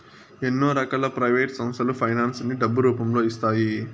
ఎన్నో రకాల ప్రైవేట్ సంస్థలు ఫైనాన్స్ ని డబ్బు రూపంలో ఇస్తాయి